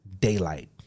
Daylight